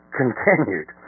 continued